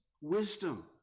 wisdom